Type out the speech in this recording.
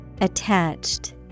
Attached